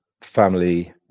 family